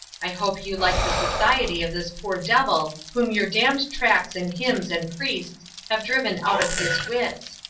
i hope you like the society of this poor devil whom your damned tracts and hymns and priests have driven out of his wits.